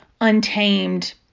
Untamed